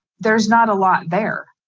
there's not a lot there.